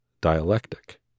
dialectic